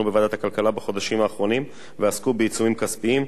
בוועדת הכלכלה בחודשים האחרונים ועסקו בעיצומים כספיים,